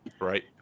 Right